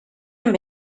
amb